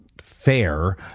fair